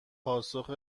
پاسخ